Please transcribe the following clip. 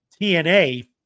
TNA